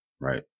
right